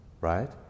right